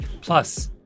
Plus